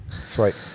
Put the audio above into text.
sweet